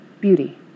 Beauty